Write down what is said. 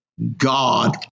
God